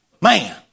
Man